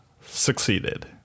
succeeded